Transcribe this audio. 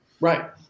Right